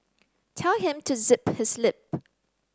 tell him to zip his lip